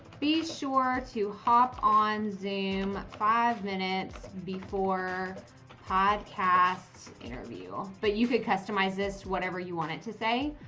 be sure to hop on zoom five minutes before podcast interview, but you could customize this whatever you want it to say,